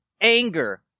anger